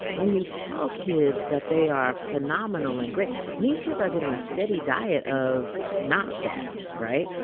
when you tell kids that they are phenomenal and great and these kids are getting a steady diet of not that, right?